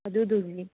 ꯑꯗꯨꯗꯨꯒꯤꯅꯦ